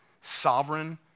sovereign